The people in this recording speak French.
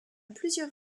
plusieurs